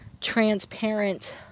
transparent